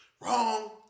Wrong